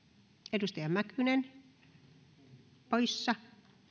edustaja mäkynen poissa